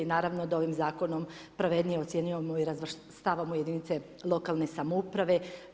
I naravno da ovim zakonom pravednije ocjenjujemo i razvrstavamo jedinice lokalne samouprave.